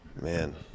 man